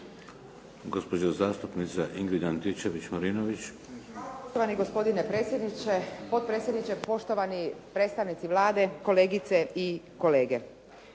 poštovani gospodine potpredsjedniče, poštovani predstavnici Vlade, kolegice i kolege.